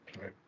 right